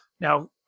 Now